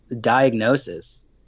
diagnosis